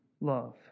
love